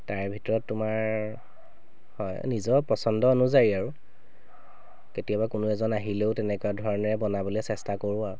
তাৰে ভিতৰতে তোমাৰ হয় নিজৰ পচন্দ অনুযায়ী আৰু কেতিয়াবা কোনো এজন আহিলেও তেনেকুৱা ধৰণে বনাবলৈ চেষ্টা কৰোঁ আৰু